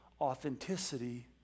authenticity